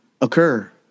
occur